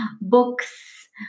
books